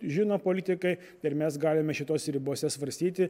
žino politikai ir mes galime šitose ribose svarstyti